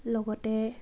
লগতে